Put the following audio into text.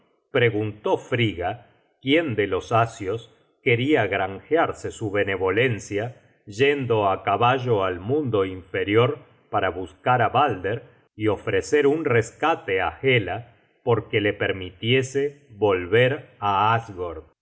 preguntó frigga quién de los asios queria granjearse su benevolencia yendo á caballo al mundo inferior para buscar á balder y ofrecer un rescate á hela porque le permitiese volver á